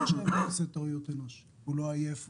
כאן הרכב לא עושה טעויות אנוש: הוא לא עייף,